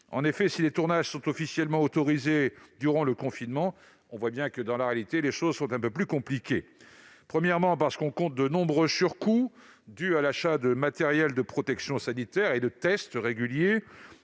En effet, si les tournages sont officiellement autorisés durant le confinement, dans la réalité, les choses sont un peu plus compliquées. Premièrement, parce qu'on compte de nombreux surcoûts dus à l'achat de matériel de protection sanitaire et de tests réguliers,